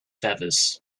feathers